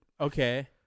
Okay